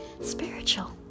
spiritual